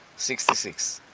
sixty six.